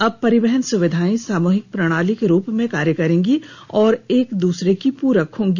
अब परिवहन सुविधाएं सामूहिक प्रणाली के रूप में कार्य करेंगी और एक दूसरे की पूरक होंगी